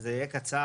זה יהיה קצר,